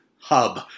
hub